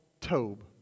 Tob